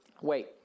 Wait